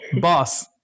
Boss